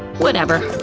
whatever.